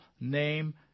name